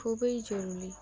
খুবই জরুরি